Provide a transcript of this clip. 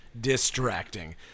distracting